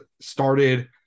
Started